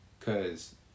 Cause